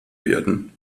werden